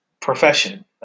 profession